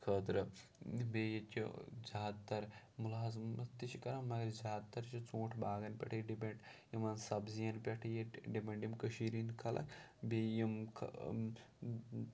خٲطرٕ بیٚیہِ ییٚتہِ چھِ زیادٕ تر مُلازمَت تہِ چھِ کَران مگر زیادٕ تر چھِ ژوٗنٛٹھۍ باغَن پٮ۪ٹھٕے ڈِپٮ۪نٛڈ یِمَن سبزِیَن پٮ۪ٹھٕے ییٚتہِ ڈِپٮ۪نٛڈ یِم کٔشیٖرِ ہِنٛدۍ خلق بیٚیہِ یِم